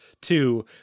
Two